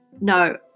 no